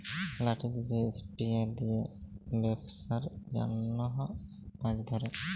লাঠিতে যে স্পিয়ার দিয়ে বেপসার জনহ মাছ ধরে